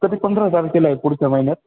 तरी पंधरा तारखेला आहे पुढच्या महिन्यात